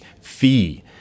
fee